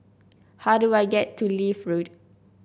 how do I get to Leith Road